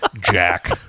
jack